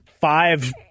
Five